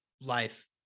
life